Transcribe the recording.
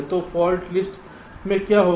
तो fault list में क्या होगा